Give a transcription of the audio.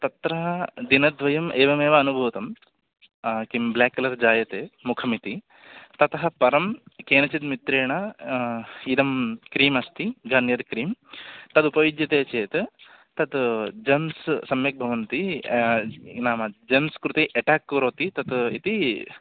तत्र दिनद्वयम् एवमेव अनुभूतं किं ब्लाक् कलर् जायते मुखमिति ततः परं केनचित् मित्रेण इदं क्रीम् अस्ति गार्नियर् क्रीं तदुपयुज्यते चेत् तत् जम्स् सम्यक् भवन्ति नाम जेम्स् कृते अट्ट्याक् करोति तत् इति